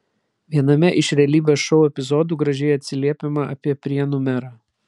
viename iš realybės šou epizodų gražiai atsiliepiama apie prienų merą